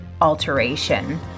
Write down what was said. alteration